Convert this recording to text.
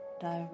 direct